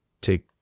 take